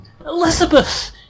Elizabeth